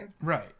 Right